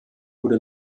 wurde